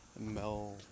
Mel